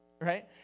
right